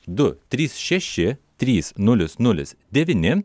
du trys šeši trys nulis nulis devyni